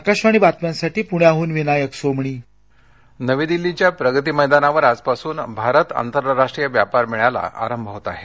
आकाशवाणीबातम्यांसाठीपुण्याहूनविनायकसोमणी व्यापार मेळा नवी दिल्लीच्या प्रगती मैदानावर आजपासून भारत आंतरराष्ट्रीय व्यापार मेळ्याला प्रारंभ होत आहे